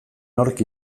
nork